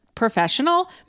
professional